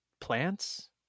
plants